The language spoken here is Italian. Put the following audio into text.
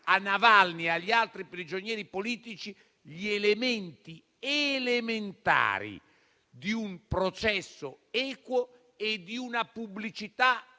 a Navalny e agli altri prigionieri politici le condizioni elementari di un processo equo e di una pubblicità dello